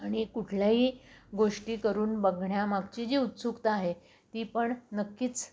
आणि कुठल्याही गोष्टी करून बघण्यामागची जी उत्सुकता आहे ती पण नक्कीच